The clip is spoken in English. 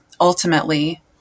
ultimately